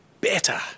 better